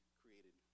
created